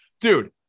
dude